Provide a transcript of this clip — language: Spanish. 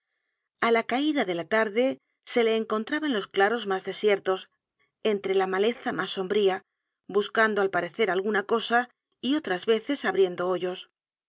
a la caida de la tarde se le encontraba en los claros mas desiertos entre la maleza mas sombría buscando al parecer alguna cosa y otras veces abriendo hoyos